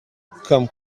come